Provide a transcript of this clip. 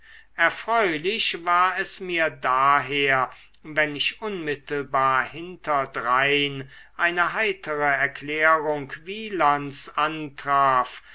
erfreulich war es mir daher wenn ich unmittelbar hinterdrein eine heitere erklärung wielands antraf